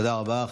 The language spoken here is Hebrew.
תודה רבה.